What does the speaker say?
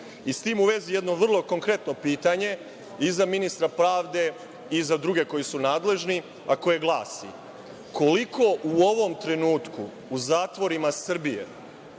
tim u vezi jedno vrlo konkretno pitanje i za ministra pravde i za druge koji su nadležni, a koje glasi - koliko u ovom trenutku u zatvorima Srbije